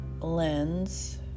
lens